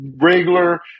regular